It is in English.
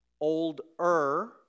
Older